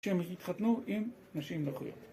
שהם התחתנו עם נשים נוכריות